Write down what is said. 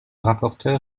rapporteure